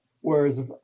whereas